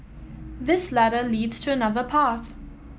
this ladder leads to another path